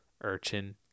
Urchin